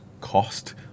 cost